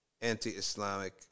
anti-Islamic